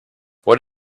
what